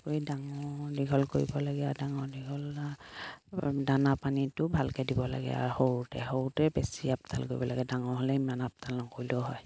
কৰি ডাঙৰ দীঘল কৰিব লাগে আৰু ডাঙৰ দীঘল দানা পানীটো ভালকে দিব লাগে আৰু সৰুতে সৰুতে বেছি আপদাল কৰিব লাগে ডাঙৰ হ'লে ইমান আপদাল নকৰিলেও হয়